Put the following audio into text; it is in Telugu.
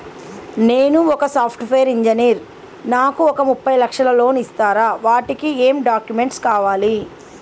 నేను ఒక సాఫ్ట్ వేరు ఇంజనీర్ నాకు ఒక ముప్పై లక్షల లోన్ ఇస్తరా? వాటికి ఏం డాక్యుమెంట్స్ కావాలి?